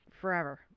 forever